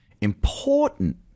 important